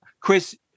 Chris